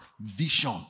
vision